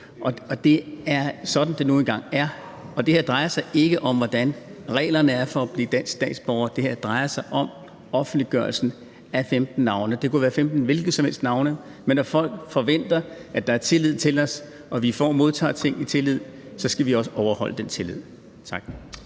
og det er sådan, det nu engang er. Det her drejer sig ikke om, hvordan reglerne er for at blive dansk statsborger. Det her drejer sig om offentliggørelsen af 15 navne, og det kunne være 15 hvilke som helst navne, men når folk forventer, at der er tillid til os og vi modtager ting i tillid, skal vi også leve op til den tillid. Tak.